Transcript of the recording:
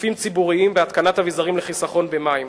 גופים ציבוריים בהתקנת אביזרים לחיסכון במים.